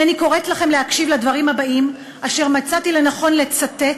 הנני קוראת לכם להקשיב לדברים הבאים אשר מצאתי לנכון לצטט,